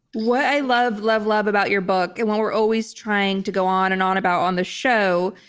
what i love, love, love about your book, and what we're always trying to go on and on about on the show,